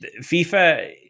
FIFA